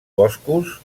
boscos